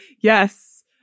yes